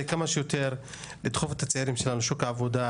כמה שיותר לדחוף את הצעירים שלנו לשוק העבודה,